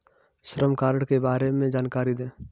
श्रम कार्ड के बारे में जानकारी दें?